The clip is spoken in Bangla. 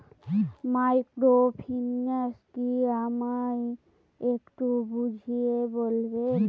মাইক্রোফিন্যান্স কি আমায় একটু বুঝিয়ে বলবেন?